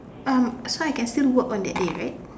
um so I can still work on that day right